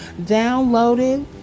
downloaded